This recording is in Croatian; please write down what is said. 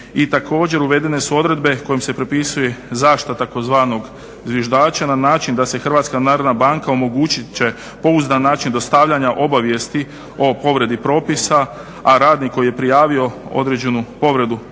uvedene su odredbe kojom se propisuje zašto takozvanog zviždača na način da se HNB omogućit će pouzdan način dostavljanja obavijesti o povredi propisa a radnik koji je prijavio određenu povredu